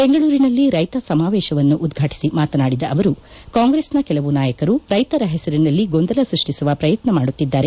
ಬೆಂಗಳೂರಿನಲ್ಲಿ ರೈತ ಸಮಾವೇಶವನ್ನು ಉದ್ಘಾಟಿಸಿ ಮಾತನಾಡಿದ ಅವರು ಕಾಂಗೆಸ್ನ ಕೆಲವು ನಾಯಕರು ರೈತರ ಹೆಸರಿನಲ್ಲಿ ಗೊಂದಲ ಸ್ಪಷ್ಟಿಸುವ ಪ್ರಯತ್ನ ಮಾಡುತ್ತಿದ್ದಾರೆ